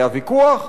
היה ויכוח.